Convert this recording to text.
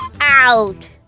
out